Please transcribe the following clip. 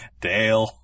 Dale